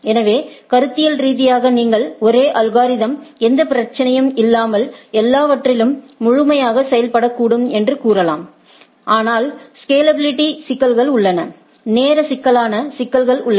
எனவே கருத்தியல் ரீதியாக நீங்கள் ஒரே அல்கோரிதம்ஸ் எந்த பிரச்சனையும் இல்லாமல் எல்லாவற்றிலும் முழுமையாக செயல்படக்கூடும் என்று கூறலாம் ஆனால் ஸ்கேலாபிலிட்டி சிக்கல்கள் உள்ளன நேர சிக்கலான சிக்கல்கள் உள்ளன